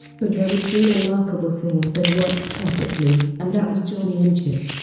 but there were two remarkable things that worked perfectly, and that was johnny and jim.